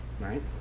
right